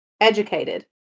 educated